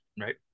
Right